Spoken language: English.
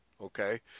okay